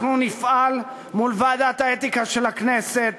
ולא יעזרו אלף נאומים,